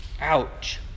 Ouch